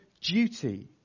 duty